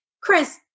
Chris